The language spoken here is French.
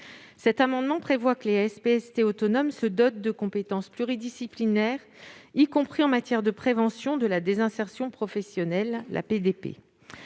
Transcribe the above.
Cet amendement tend à prévoir que les SPST autonomes se dotent de compétences pluridisciplinaires, y compris en matière de prévention de la désinsertion professionnelle (PDP).